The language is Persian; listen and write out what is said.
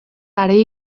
برای